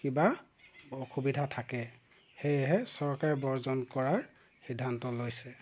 কিবা অসুবিধা থাকে সেয়েহে চৰকাৰে বৰ্জন কৰাৰ সিদ্ধান্ত লৈছে